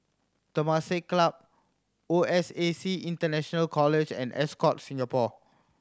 Temasek Club O S A C International College and Ascott Singapore